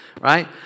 right